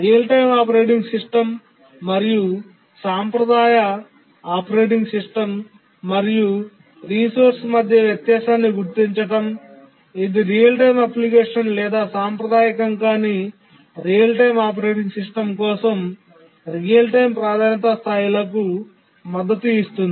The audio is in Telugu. రియల్ టైమ్ ఆపరేటింగ్ సిస్టమ్ మరియు సాంప్రదాయ ఆపరేటింగ్ సిస్టమ్ మరియు రిసోర్స్ మధ్య వ్యత్యాసాన్ని గుర్తించడం ఇది రియల్ టైమ్ అప్లికేషన్ లేదా సాంప్రదాయకం కాని రియల్ టైమ్ ఆపరేటింగ్ సిస్టమ్ కోసం రియల్ టైమ్ ప్రాధాన్యతా స్థాయిలకు మద్దతు ఇస్తుంది